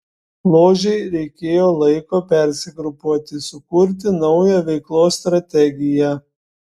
ložei reikėjo laiko persigrupuoti sukurti naują veiklos strategiją